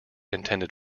intended